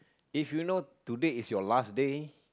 if you know today is your last day